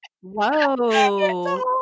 Whoa